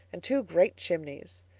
and two great chimneys.